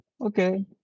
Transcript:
Okay